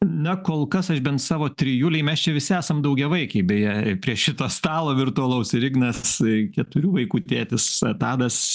na kol kas aš bent savo trijulei mes čia visi esam daugiavaikiai beje prie šito stalo virtualaus ir ignas keturių vaikų tėtis tadas